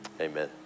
amen